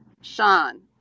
sean